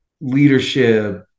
leadership